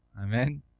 Amen